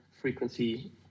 frequency